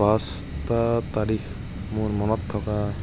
পাঁচটা তাৰিখ মোৰ মনত থকা